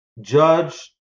judge